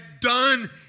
done